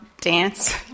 Dance